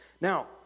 Now